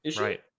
Right